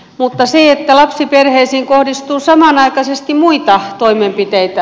mutta lapsiperheisiin kohdistuu samanaikaisesti muita toimenpiteitä